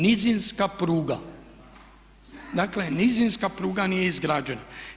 Nizinska pruga, dakle nizinska pruga nije izgrađena.